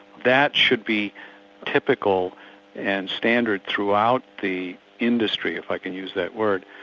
that should be typical and standard throughout the industry, if i can use that word,